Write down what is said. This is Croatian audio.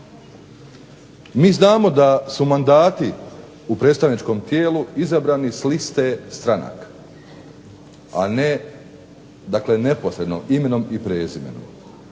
Mi znamo da su mandati u predstavničkom tijelu izabrani s liste stranaka, a ne dakle neposredno imenom i prezimenom.